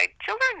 Children